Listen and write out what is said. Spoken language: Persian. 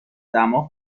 دماغ